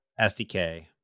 SDK